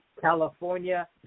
California